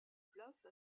place